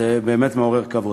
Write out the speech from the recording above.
זה באמת מעורר כבוד.